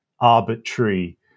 arbitrary